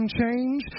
change